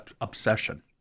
obsession